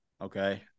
okay